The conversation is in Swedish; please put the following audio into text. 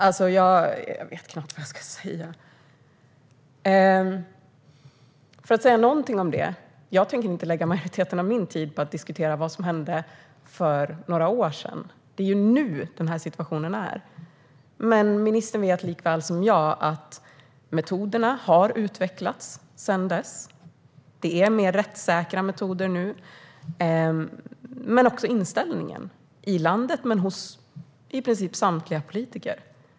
Jag vet knappt vad jag ska säga! Jag tänker inte lägga majoriteten av min tid på att diskutera vad som hände för några år sedan. Det är nu situationen råder. Ministern vet likaväl som jag att metoderna har utvecklats sedan dess. Det finns mer rättssäkra metoder nu. Han känner också till inställningen i landet och hos i princip samtliga politiker.